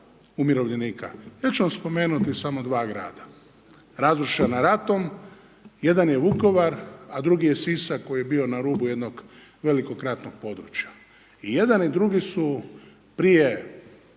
umirovljenika ja ću vam spomenuti samo dva grada razrušena ratom, jedan je Vukovar a drugi je Sisak koji je bio na rubu jednog velikog ratnog područja. I jedan i drugi su prije